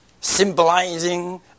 symbolizing